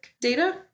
data